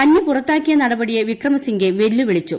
തന്നെ പുറത്താക്കിയ നടപടിയെ വിക്രമസിംഗെ വെല്ലുവിളിച്ചു